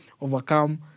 overcome